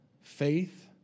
faith